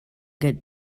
get